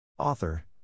author